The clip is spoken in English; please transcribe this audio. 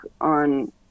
on